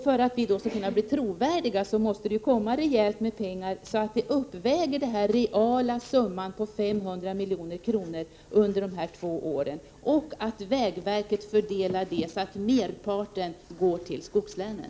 För att vi skall kunna garantera vår trovärdighet måste rejält med pengar 95 anslås under de kommande två åren för att den reala summan på 500 milj.kr. skall uppvägas. Vi hoppas också att vägverket fördelar dessa pengar så att merparten går till skogslänen.